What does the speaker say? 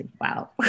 Wow